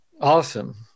Awesome